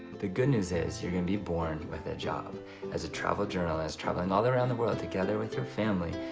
the good news is, you're going to be born with a job as a travel journalist. traveling all around the world together with your family,